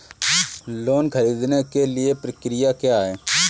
Loan ख़रीदने के लिए प्रक्रिया क्या है?